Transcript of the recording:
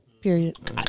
Period